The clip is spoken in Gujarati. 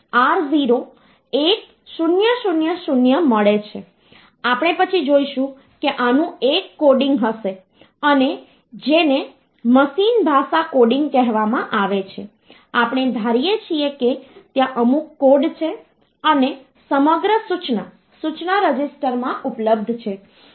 પરંતુ વાસ્તવિક સંખ્યામાં શું થાય છે કે જો આ સંખ્યાનો પૂર્ણાંક ભાગ હોય તો તે પછી આપણને ડેસિમલ ભાગ મળશે અને તે પછી આપણને અપૂર્ણાંક ભાગ મળ્યો છે